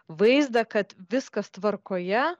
vaizdą kad viskas tvarkoje